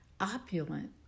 opulent